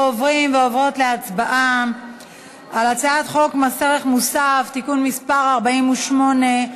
אנחנו עוברים ועוברות להצבעה על הצעת חוק מס ערך מוסף (תיקון מס' 48),